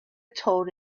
told